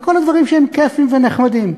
וכל הדברים שהם כיפיים ונחמדים.